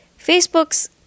Facebook's